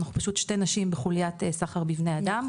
אנחנו פשוט שתי נשים בחוליית סחר בבני אדם,